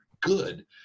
good